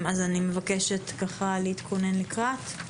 תודה לכולם,